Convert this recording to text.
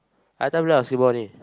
I everytime play basketball only